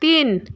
তিন